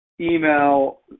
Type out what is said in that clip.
email